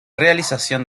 realización